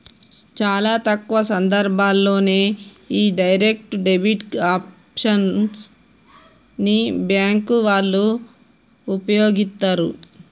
చాలా తక్కువ సందర్భాల్లోనే యీ డైరెక్ట్ డెబిట్ ఆప్షన్ ని బ్యేంకు వాళ్ళు వుపయోగిత్తరు